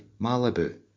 Malibu